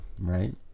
right